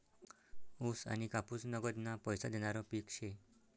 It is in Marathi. ऊस आनी कापूस नगदना पैसा देनारं पिक शे